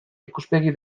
ikuspegi